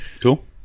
Cool